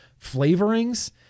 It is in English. flavorings